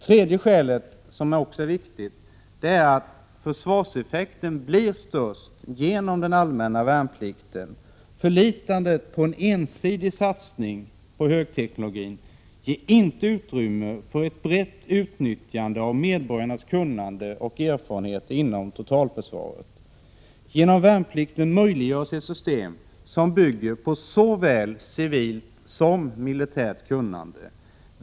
För det tredje — också ett viktigt skäl — blir försvarseffekten störst genom den allmänna värnplikten. Förlitandet på en ensidig satsning på högteknologin ger inte utrymme för ett brett utnyttjande av medborgarnas kunnande och erfarenhet inom totalförsvaret. Genom värnplikten möjliggörs ett system som bygger på såväl civilt som militärt kunnande.